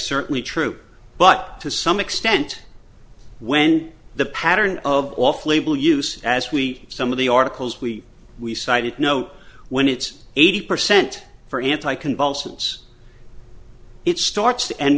certainly true but to some extent when the pattern of off label use as we some of the articles we we cited know when it's eighty percent for anticonvulsants it starts to end